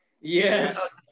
Yes